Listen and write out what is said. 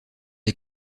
des